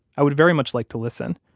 i would very much like to listen.